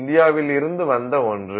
இந்தியாவில் இருந்து வந்த ஒன்று